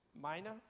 Minor